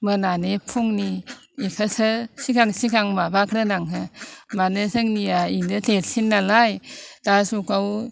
मोनानि फुंनि बेखौसो सिगां सिगां माबाग्रोनांगौ मानि जोंनिया बेनो देरसिननालाय दा जुगाव